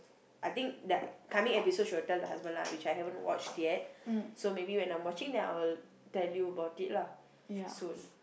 I think that coming episode she will tell the husband lah which I haven't watch yet so maybe when I'm watching then I'll tell you about it lah soon